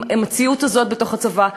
עם המציאות הזאת בתוך הצבא,